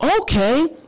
okay